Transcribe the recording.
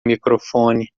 microfone